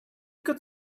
could